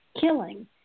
killing